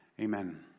Amen